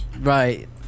right